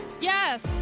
Yes